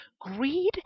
greed